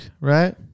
right